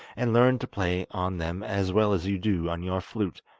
and learn to play on them as well as you do on your flute,